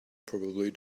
probably